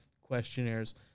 questionnaires